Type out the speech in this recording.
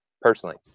personally